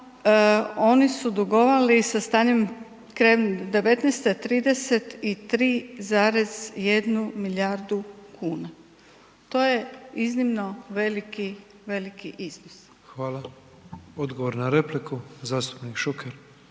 oni su dugovali sa stanjem krajem '19., 33,1 milijardu kuna. To je iznimno veliki, veliki iznos. **Petrov, Božo (MOST)** Hvala. Odgovor na repliku, zastupnik Šuker.